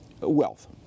wealth